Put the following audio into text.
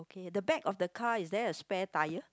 ya the back of the car is there a spare tyre